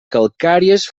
calcàries